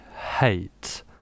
hate